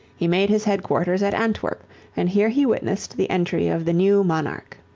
he made his headquarters at antwerp and here he witnessed the entry of the new monarch.